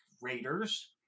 Raiders